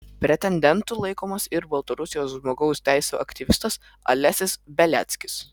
pretendentu laikomas ir baltarusijos žmogaus teisių aktyvistas alesis beliackis